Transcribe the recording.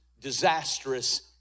disastrous